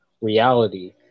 reality